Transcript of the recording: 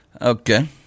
Okay